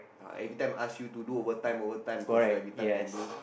everytime ask you to do overtime overtime cause you everytime can do